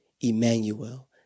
Emmanuel